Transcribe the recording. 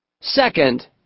Second